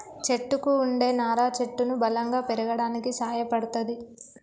చెట్టుకు వుండే నారా చెట్టును బలంగా పెరగడానికి సాయపడ్తది